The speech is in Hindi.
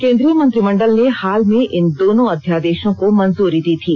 केन्द्रीय मंत्रिमंडल ने हाल में इन दोनों अध्यादेशों को मंजूरी दी थी